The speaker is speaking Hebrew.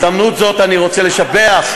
בהזדמנות זו אני רוצה לשבח,